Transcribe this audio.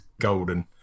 golden